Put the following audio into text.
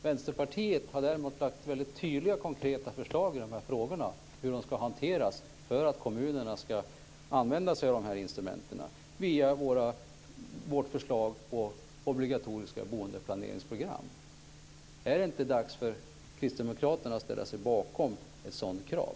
Vänsterpartiet har däremot lagt fram väldigt tydliga konkreta förslag om hur dessa frågor ska hanteras för att kommunerna ska använda sig av dessa instrument via vårt förslag om obligatoriska boendeplaneringsprogram. Är det inte dags för kristdemokraterna att ställa sig bakom ett sådant krav?